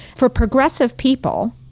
for progressive people,